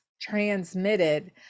transmitted